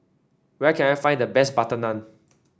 where can I find the best butter naan